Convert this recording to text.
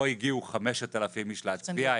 לא הגיעו 5,000 איש להצביע,